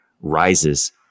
rises